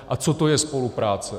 A co to je spolupráce?